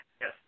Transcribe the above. Yes